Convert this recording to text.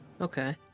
Okay